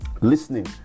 listening